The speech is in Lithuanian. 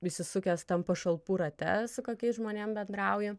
įsisukęs tam pašalpų rate su kokiais žmonėm bendrauji